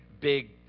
big